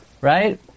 right